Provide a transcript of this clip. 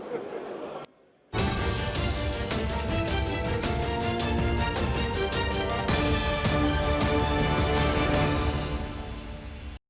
Дякую.